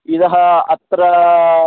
इतः अत्र